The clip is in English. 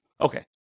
Okay